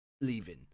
leaving